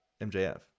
MJF